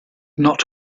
not